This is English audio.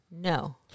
No